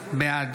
בעד